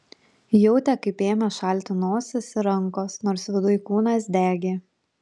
jautė kaip ėmė šalti nosis ir rankos nors viduj kūnas degė